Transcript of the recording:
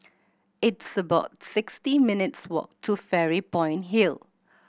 it's about sixty minutes walk to Fairy Point Hill